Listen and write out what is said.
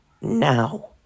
now